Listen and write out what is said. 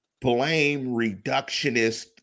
blame-reductionist